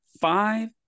five